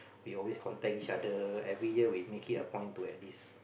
we always contact each other every year we make it a point to at least